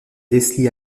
leslie